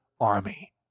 army